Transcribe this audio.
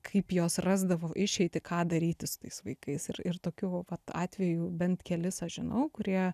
kaip jos rasdavo išeitį ką daryti su tais vaikais ir ir tokių atvejų bent kelis aš žinau kurie